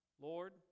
Lord